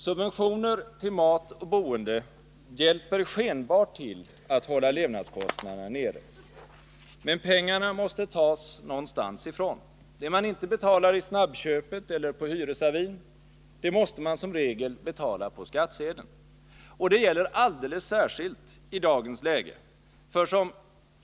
Subventioner till mat och boende hjälper skenbart till att hålla levnadskostnaderna nere. Men pengarna måste tas någonstans ifrån. Det man inte betalar i snabbköpet eller på hyresavin, det måste man som regel betala på skattsedeln. Och det gäller alldeles särskilt i dagens läge.